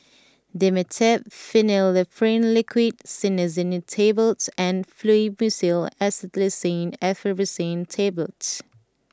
Dimetapp Phenylephrine Liquid Cinnarizine Tablets and Fluimucil Acetylcysteine Effervescent Tablets